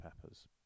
Peppers